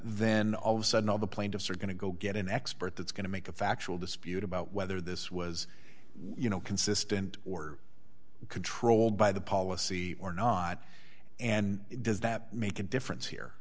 then all of a sudden all the plaintiffs are going to go get an expert that's going to make a factual dispute about whether this was you know consistent or controlled by the policy or not and does that make a difference here